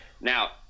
now